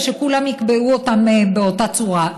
שכולם יקבעו אותם באותה צורה,